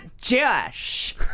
Josh